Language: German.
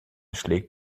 schlägt